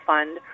Fund